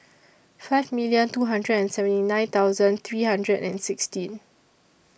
five million two hundred and seventy nine thousand three hundred and sixteen